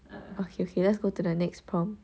okay okay let's go to the next prompt